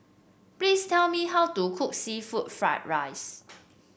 please tell me how to cook seafood Fried Rice